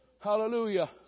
Hallelujah